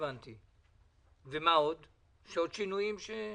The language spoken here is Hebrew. יש עוד שינויים?